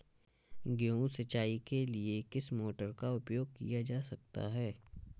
गेहूँ सिंचाई के लिए किस मोटर का उपयोग किया जा सकता है?